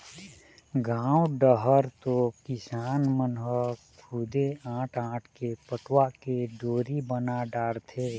गाँव डहर तो किसान मन ह खुदे आंट आंट के पटवा के डोरी बना डारथे